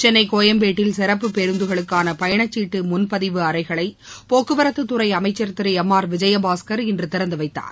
சென்னை கோயம்பேட்டில் சிறப்பு பேருந்துகளுக்கான பயணச்சீட்டு முன்பதிவு அறைகளை போக்குவரத்து துறை அமைச்சர் திரு எம் ஆர் விஜயபாஸ்கர் இன்று திறந்துவைத்தார்